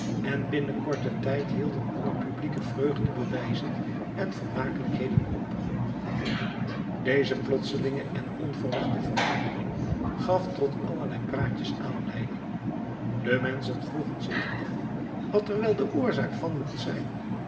en binnen korten tijd hielden alle publieke vreugdebewijzen en vermakelijkheden op deze plotselinge en onverwachte verandering gaf tot allerlei praatjes aanleiding de menschen vroegen zich af wat er wel de oorzaak van mocht zijn